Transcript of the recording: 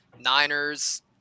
Niners